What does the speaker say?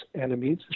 enemies